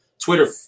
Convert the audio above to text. Twitter